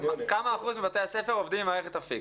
מה אחוז בתי הספר שעובדים עם מערכת אפיק?